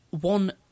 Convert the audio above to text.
one